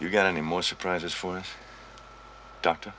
you got any more surprises for doctor